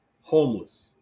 homeless